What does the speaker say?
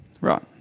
Right